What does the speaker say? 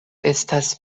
estas